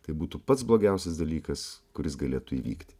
tai būtų pats blogiausias dalykas kuris galėtų įvykti